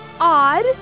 odd